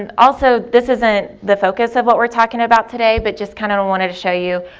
and also, this isn't the focus of what we're talking about today, but just kind of wanted to show you,